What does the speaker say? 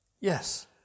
Yes